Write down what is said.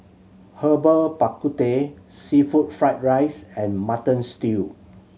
Herbal Bak Ku Teh seafood fried rice and Mutton Stew